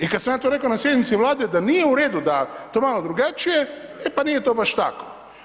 I kad sam ja to rekao na sjednici Vlade da nije u redu, da je to malo drugačije, e pa nije to baš tako.